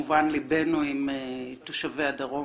וכמובן ליבנו עם תושבי הדרום.